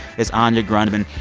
is anya grundmann.